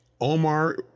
Omar